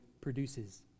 produces